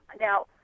Now